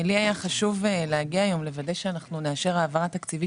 לי היה חשוב להגיע היום ולוודא אנחנו נאשר העברה תקציבית